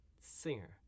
singer